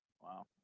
Wow